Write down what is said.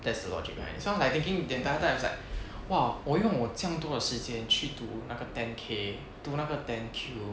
that's the logic right so I'm like thinking the entire time was like !wah! 我用我这样多的时间去读那个 ten 读那个 ten Q